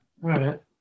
right